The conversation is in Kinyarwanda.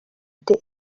the